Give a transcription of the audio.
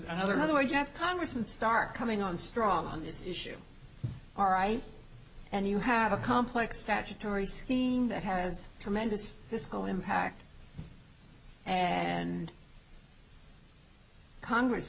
another another where you have congressman stark coming on strong on this issue all right and you have a complex statutory scheme that has tremendous fiscal impact and congress